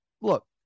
look